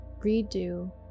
redo